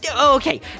okay